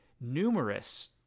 numerous